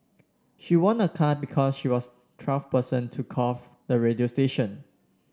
she won a car because she was twelfth person to call the radio station